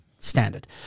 Standard